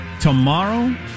tomorrow